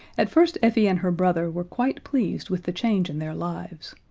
at first effie and her brother were quite pleased with the change in their lives.